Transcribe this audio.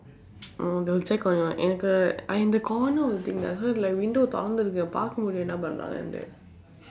orh they will check on your ankle I in the corner of the thing lah so it's like window திறந்து இருக்கு பார்க்க முடியும் என்ன பண்ணுறாங்கன்னு:thirandthu irukku paarkka mudiyum enna pannuraangkannu